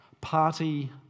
party